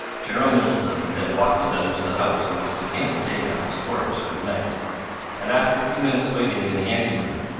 general middleton then walked with them to the house in which the king had taken up his quarters for the night and after a few minutes' waiting in the anteroom,